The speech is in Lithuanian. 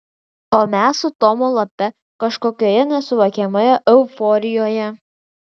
o mes su tomu lape kažkokioje nesuvokiamoje euforijoje